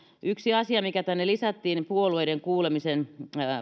yksi asia mikä tänne lisättiin puolueiden kuulemisen